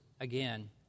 again